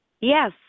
Yes